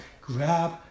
grab